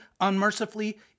unmercifully